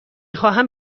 خواهم